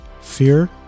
fear